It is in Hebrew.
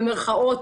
במרכאות,